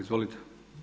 Izvolite.